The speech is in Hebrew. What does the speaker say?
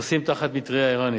חוסים תחת מטרייה אירנית.